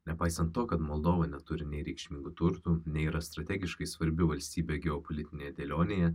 nepaisant to kad moldova neturi nereikšmingų turtų nėra strategiškai svarbi valstybė geopolitinėje dėlionėje